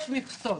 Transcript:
יש מכסות.